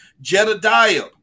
Jedediah